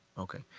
okay.